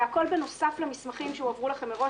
והכול בנוסף למסמכים שהועברו לכם מראש